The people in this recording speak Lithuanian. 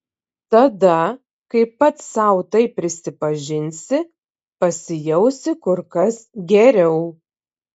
tada kai pats sau tai prisipažinsi pasijausi kur kas geriau